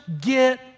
get